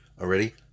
already